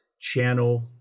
channel